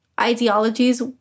ideologies